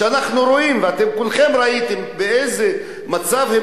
שאנחנו רואים וכולכם ראיתם באיזה מצב הם